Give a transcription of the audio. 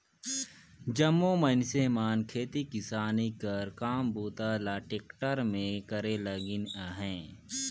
जम्मो मइनसे मन खेती किसानी कर काम बूता ल टेक्टर मे करे लगिन अहे